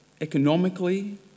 economically